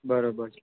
બરાબર છે